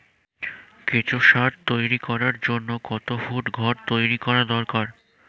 কেঁচো সার তৈরি করার জন্য কত ফুট ঘর তৈরি করা দরকার?